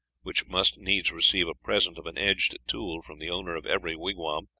which must needs receive a present of an edged tool from the owner of every wigwam,